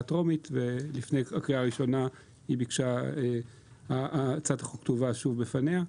טרומית ולפני הקריאה הראשונה היא בקשה שהצעת החוק תובא שוב בפניה.